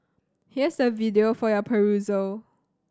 here's the video for your perusal